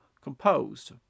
composed